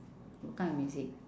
what kind of music